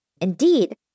Indeed